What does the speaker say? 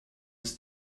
des